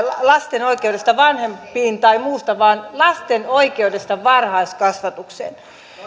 lasten oikeudesta vanhempiin tai muusta vaan lasten oikeudesta varhaiskasvatukseen